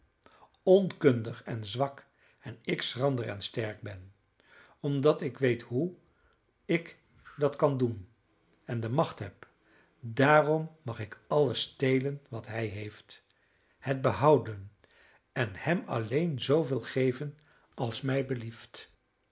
onkundig en zwak en ik schrander en sterk ben omdat ik weet hoe ik dat kan doen en de macht heb daarom mag ik alles stelen wat hij heeft het behouden en hem alleen zooveel geven als mij belieft